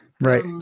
Right